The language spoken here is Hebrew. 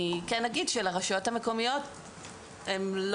אני כן אגיד שהרשויות המקומיות לא